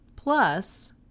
Plus